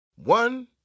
One